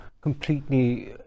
completely